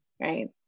right